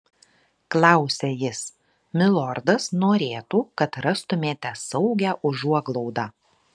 klausia jis milordas norėtų kad rastumėte saugią užuoglaudą